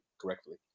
correctly